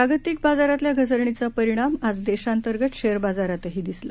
जागतिकबाजारातल्याघसरणीचापरिणामआजदेशांतर्गतशेअरबाजारातहीदिसला